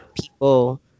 people